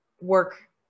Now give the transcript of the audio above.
work